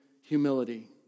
humility